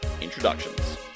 introductions